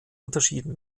unterschieden